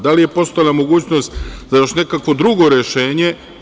Da li je postojala mogućnost za još nekakvo drugo rešenje?